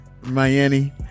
Miami